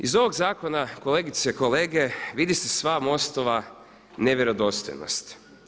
Iz ovog zakona kolegice i kolege vidi se sva MOST-ova nevjerodostojnost.